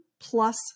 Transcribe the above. Plus